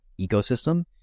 ecosystem